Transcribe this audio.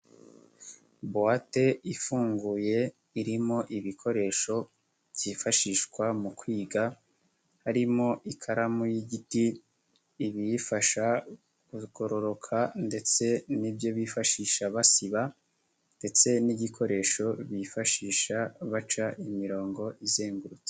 Buwate ifunguye irimo ibikoresho byifashishwa mu kwiga harimo ikaramu y'igiti, ibiyifasha kugororoka ndetse n'ibyo bifashisha basiba ndetse n'igikoresho bifashisha baca imirongo izengurutse.